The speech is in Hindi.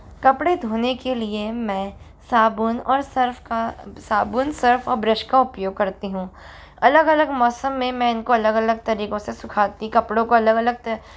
कपड़े धोने के लिए मैं साबुन और सर्फ़ का साबुन सर्फ़ और ब्रश का उपयोग करती हूँ अलग अलग मौसम में मैं इनको अलग अलग तरीकों से सुखाती कपड़ों को अलग अलग त